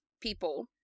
people